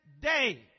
day